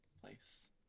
place